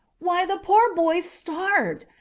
why, the poor boy's starved.